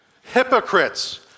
hypocrites